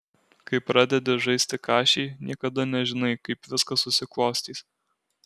kai pradedi žaisti kašį niekada nežinai kaip viskas susiklostys